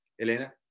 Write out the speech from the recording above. Elena